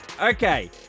okay